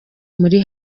muri